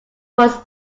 was